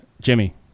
Jimmy